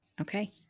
Okay